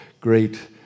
great